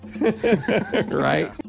Right